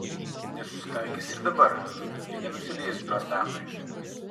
nesusitaikys ir dabar ji nenusileis džordanui